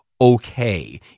okay